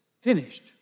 finished